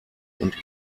und